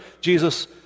Jesus